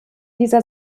dieser